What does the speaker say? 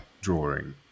drawing